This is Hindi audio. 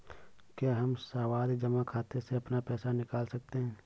क्या हम सावधि जमा खाते से अपना पैसा निकाल सकते हैं?